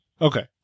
Okay